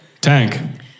Tank